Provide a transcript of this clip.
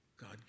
God